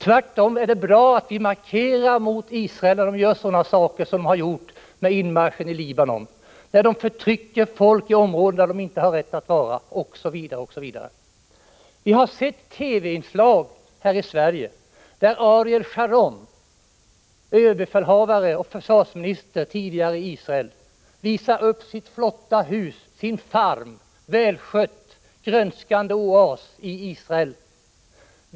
Tvärtom är det bra att vi markerar mot israelerna när de gör sådant som t.ex. inmarschen i Libanon, när de förtrycker folk i områden där de inte har rätt att vara, osv. Vi har sett TV-inslag här i Sverige där Ariel Sharon -— tidigare överbefälhavare och försvarsminister i Israel — visat upp sitt flotta hus, sin farm, en välskött grönskande oas i Israel.